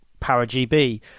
Paragb